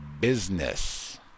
business